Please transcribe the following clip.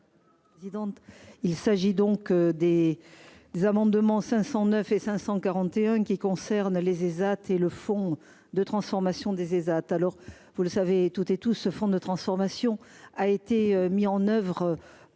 aller. Dis donc, il s'agit donc des des amendements 509 et 541 qui concerne les ESAT et le fond de transformation des ESAT alors vous le savez, tout et tout se font de transformation a été mis en oeuvre l'an